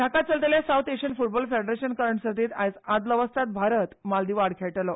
धाकात चलतल्या south Asian football federation करंड सर्तीत आयज आदलो वस्ताद भारत मालदिवा आड खेळटलो